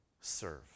serve